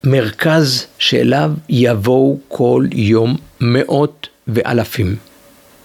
מרכז שאליו יבואו כל יום מאות ואלפים.